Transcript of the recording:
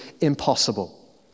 impossible